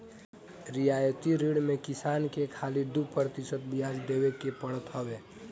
रियायती ऋण में किसान के खाली दू प्रतिशत बियाज देवे के पड़त हवे